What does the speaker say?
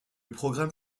programme